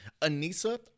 Anissa